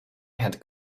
had